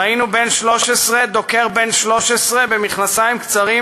ראינו בן 13 דוקר בן 13 במכנסיים קצרים,